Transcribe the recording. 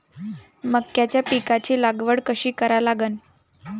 मक्याच्या पिकाची लागवड कशी करा लागन?